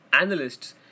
analysts